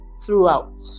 throughout